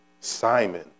Simon